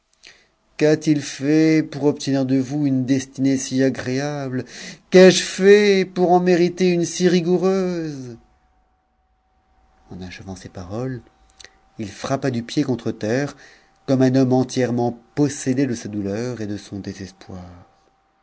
qua t i fait pour obtenir de vous une destinée si agréable qu'ai-je fait pour en mériter une si rigoureuse en achevant ces paroles il ft'app du pied contre terre comme un homme entièrement possédé de sa douleur et de son désespoir